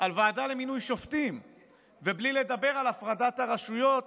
על ועדה למינוי שופטים ובלי לדבר על הפרדת הרשויות